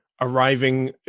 arriving